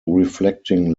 reflecting